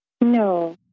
No